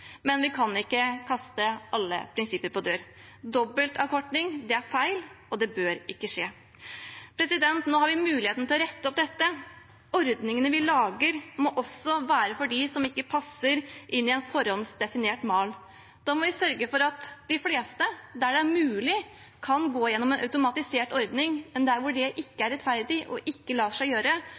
men vi kan ikke kaste alle prinsipper på dør. Dobbeltavkortning er feil, og det bør ikke skje. Nå har vi muligheten til å rette opp dette. Ordningene vi lager, må også være for dem som ikke passer inn i en forhåndsdefinert mal. Da må vi sørge for at de fleste, der det er mulig, kan gå gjennom automatisert ordning. Men der hvor det ikke er rettferdig og ikke lar seg gjøre,